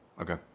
Okay